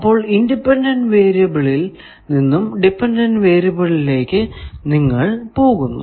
അപ്പോൾ ഇൻഡിപെൻഡന്റ് വേരിയബിളിൽ നിന്നും ഡിപെൻഡന്റ് വേരിയബിളിലേക്കു നിങ്ങൾ പോകുന്നു